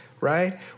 right